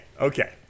Okay